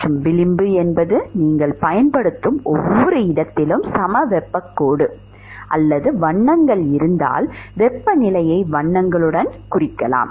மற்றும் விளிம்பு என்பது நீங்கள் பயன்படுத்தும் ஒவ்வொரு இடத்திலும் சமவெப்பக் கோடு அல்லது வண்ணங்கள் இருந்தால் வெப்பநிலையை வண்ணங்களுடன் குறிக்கலாம்